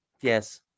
yes